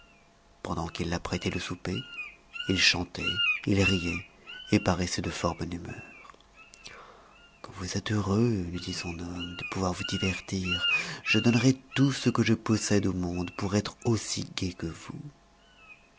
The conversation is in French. pendant qu'il apprêtait le souper il chantait il riait et paraissait de fort bonne humeur que vous êtes heureux lui dit son hôte de pouvoir vous divertir je donnerais tout ce que je possède au monde pour être aussi gai que vous